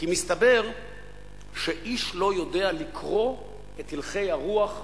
כי מסתבר שאיש לא יודע לקרוא את הלכי הרוח הציבוריים.